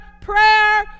prayer